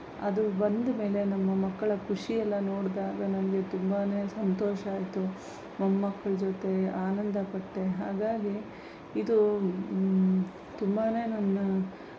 ಅದು ಬಂದ ಮೇಲೆ ನಮ್ಮ ಮಕ್ಕಳ ಖುಷಿಯೆಲ್ಲ ನೋಡಿದಾಗ ನನಗೆ ತುಂಬನೇ ಸಂತೋಷ ಆಯಿತು ಮೊಮ್ಮಕ್ಕಳ ಜೊತೆ ಆನಂದ ಪಟ್ಟೆ ಹಾಗಾಗಿ ಇದು ತುಂಬನೇ ನನ್ನ